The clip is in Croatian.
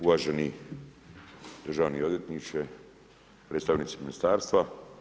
Uvaženi državni odvjetniče, predstavnici ministarstva.